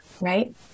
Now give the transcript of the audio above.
Right